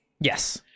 Yes